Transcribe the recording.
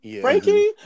Frankie